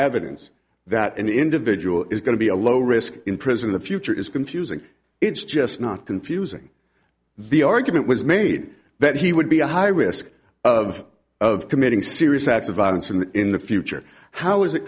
evidence that an individual is going to be a low risk in prison the future is confusing it's just not confusing the argument was made that he would be a high risk of of committing serious acts of violence and in the future how is it